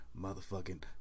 motherfucking